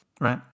right